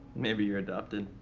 maybe you're adopted.